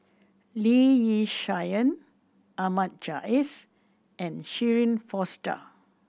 Lee Yi Shyan Ahmad Jais and Shirin Fozdar